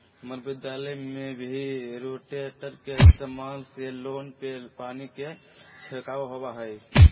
हम्मर विद्यालय में भी रोटेटर के इस्तेमाल से लोन में पानी के छिड़काव होबा हई